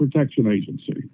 protection agency